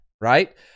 right